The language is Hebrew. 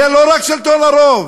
זה לא רק שלטון הרוב.